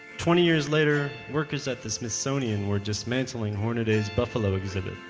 twenty years later, workers at the smithsonian were dismantling hornaday's buffalo exhibit,